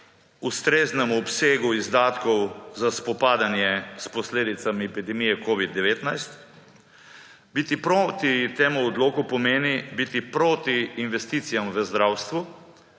ustreznemu obsegu izdatkov za spopadanje s posledicami epidemije covida-19, biti proti temu odloku pomeni biti proti investicijam v zdravstvu.